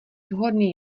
vhodný